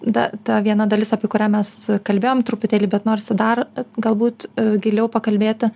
dar ta viena dalis apie kurią mes kalbėjom truputėlį bet norisi dar galbūt giliau pakalbėti